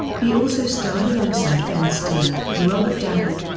he also starred alongside ben stiller, robert downey,